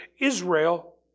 Israel